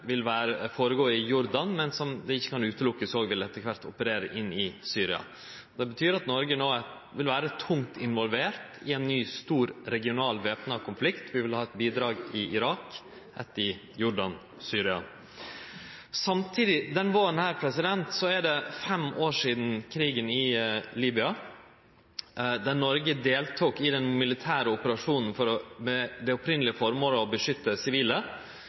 ikkje kan sjå bort frå etter kvart òg vil operere i Syria. Det betyr at Noreg no vil vere tungt involvert i ein ny stor regional væpna konflikt. Vi vil ha eitt bidrag i Irak og eitt i Jordan og Syria. Samtidig er det denne våren fem år sidan krigen i Libya, der Noreg deltok i ein militær operasjon med det opphavlege formålet å beskytte sivile,